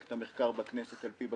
מחלקת המחקר בכנסת על פי בקשתי.